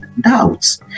doubts